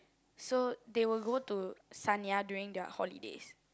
so they will go to Sanya during their holidays